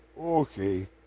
Okay